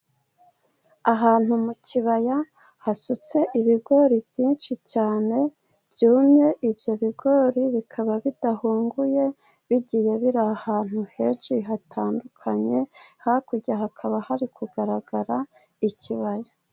Ahantu mu kibaya hasutse ibigori byinshi cyane byumye, ibyo bigori bikaba bidahunguye, bigiye biri ahantu henshi hatandukanye, hakurya hakaba hari kugaragara ikibaya.